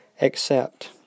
accept